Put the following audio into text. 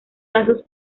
lazos